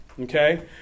Okay